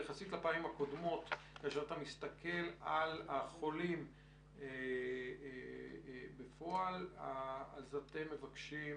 כאשר אתה מסתכל על החולים בפועל אז אתם מבקשים